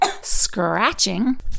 scratching